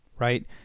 Right